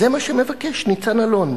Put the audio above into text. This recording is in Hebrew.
זה מה שמבקש ניצן אלון.